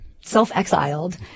self-exiled